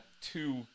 two